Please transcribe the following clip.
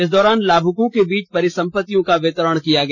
इस दौरान लाभुकों के बीच परिसंपत्तियों का वितरण किया गया